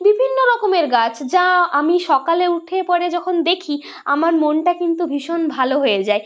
বিভিন্ন রকমের গাছ যা আমি সকালে উঠে পড়ে যখন দেখি আমার মনটা কিন্তু ভীষণ ভালো হয়ে যায়